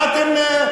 מה אתם,